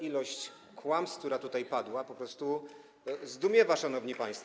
Ilość kłamstw, która tutaj padła, po prostu zdumiewa, szanowni państwo.